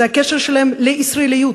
זה הקשר שלהם לישראליות,